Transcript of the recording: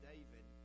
David